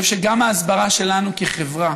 אני חושב שגם ההסברה שלנו כחברה,